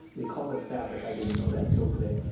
they call it a fabric, i didn't know that until today,